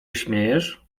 śmiejesz